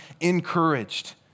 encouraged